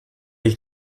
ich